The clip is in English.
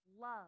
love